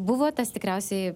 buvo tas tikriausiai